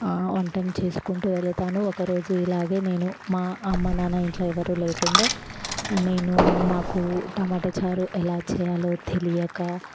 వంటను చేసుకుంటూ వెళతాను ఒకరోజు ఇలాగే నేను మా అమ్మ నాన్న ఇంట్లో ఎవ్వరు లేకుండే నేను నాకు టమాటా చారు ఎలా చేయాలో తెలియక